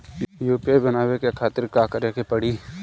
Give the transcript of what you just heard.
UPI बनावे के खातिर का करे के पड़ी?